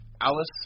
Alice